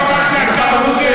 עשית כל מה שאתה רוצה.